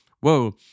Whoa